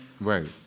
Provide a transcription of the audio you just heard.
right